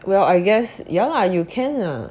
well I guess yeah lah you can lah